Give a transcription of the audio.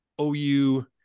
OU